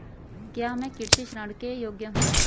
क्या मैं कृषि ऋण के योग्य हूँ?